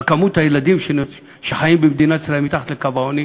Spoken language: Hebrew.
על כמות הילדים שחיים במדינת ישראל מתחת לקו העוני.